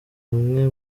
amwe